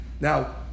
Now